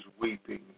weeping